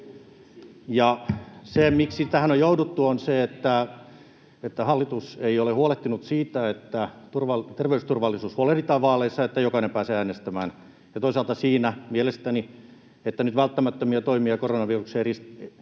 se, miksi tähän on jouduttu, on se, että hallitus ei ole huolehtinut siitä, että terveysturvallisuudesta huolehditaan vaaleissa, että jokainen pääsee äänestämään, ja toisaalta mielestäni ei ole tehty välttämättömiä toimia koronaviruksen